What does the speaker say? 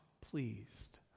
pleased